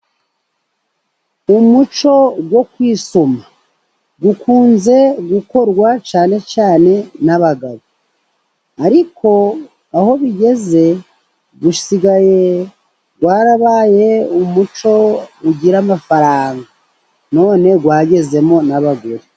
Umuco wo kwisuma, ukunze gukorwa cyane cyane n'abagabo. Ariko aho bigeze, usigaye warabaye umuco ugira amafaranga none wagezemo n'abagore.